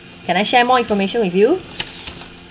can I share more information with you